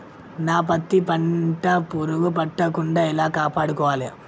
నా పత్తి పంట పురుగు పట్టకుండా ఎలా కాపాడుకోవాలి?